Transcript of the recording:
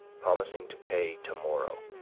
promising to pay, tomorrow,